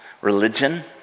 religion